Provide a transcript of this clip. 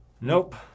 Nope